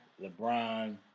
LeBron